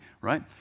right